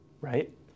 right